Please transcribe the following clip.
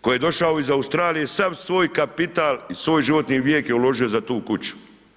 koji je došao ih Australije sav svoj kapital i svoj životni vijek je uložio za tu kuću.